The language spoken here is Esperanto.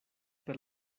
per